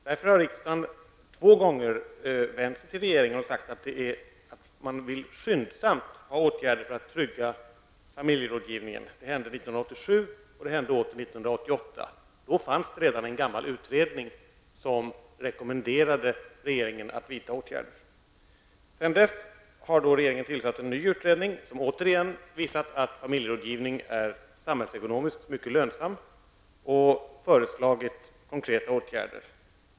Därför har riksdagen två gånger vänt sig till regeringen och sagt att man skyndsamt vill ha åtgärder för att trygga familjerådgivningen. Det hände 1987 och åter 1988. Då fanns redan en gammal utredning, som rekommenderade regeringen att vidta åtgärder. Sedan dess har regeringen tillsatt en ny utredning, som återigen visat att familjerådgivning är samhällsekonomiskt mycket lönsam och som föreslagit konkreta åtgärder.